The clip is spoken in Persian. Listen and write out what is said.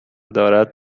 دارد